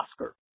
Oscar